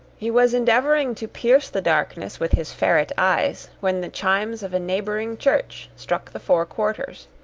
he was endeavouring to pierce the darkness with his ferret eyes, when the chimes of a neighbouring church struck the four quarters.